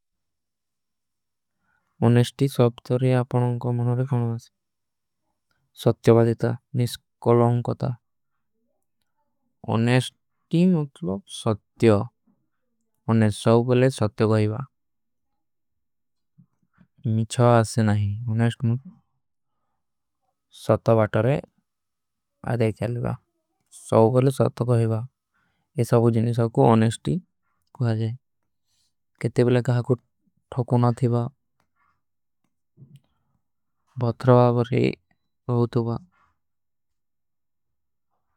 ଅନେଶ୍ଟୀ ସବ ତୋରେ ଆପକା ଅଂକା ମନାରେ ଖାନା ହୈ। ସତ୍ଯଵାଦିତା ନିସ୍କଲ ଅଂକାତା ଅନେଶ୍ଟୀ ମୁତଲୋଂ। ସତ୍ଯ ଅନେଶ୍ଟୀ ସବ କୋଲେ ସତ୍ଯ ଗହେବା ମିଛଵା। ଆଜସେ ନହୀଂ ଅନେଶ୍ଟୀ ମୁତଲୋଂ। ସତ୍ଯ ବାଟରେ ବାଦେ ଖେଲେବା ସବ କୋଲେ ସତ୍ଯ ଗହେବା। ଅନେଶ୍ଟୀ ସବ କୋଲେ ସତ୍ଯ ଗହେବା।